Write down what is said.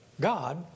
God